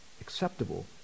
acceptable